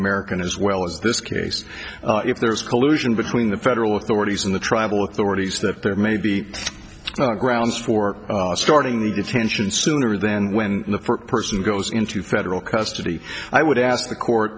american as well as this case if there was collusion between the federal authorities and the tribal authorities that there may be grounds for starting the detention sooner then when the first person goes into federal custody i would ask the court